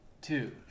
two